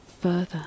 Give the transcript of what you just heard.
further